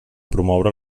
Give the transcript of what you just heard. promoure